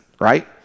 right